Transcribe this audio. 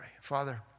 Father